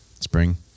Spring